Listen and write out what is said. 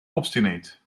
obstinate